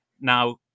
Now